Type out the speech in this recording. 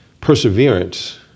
perseverance